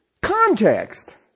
context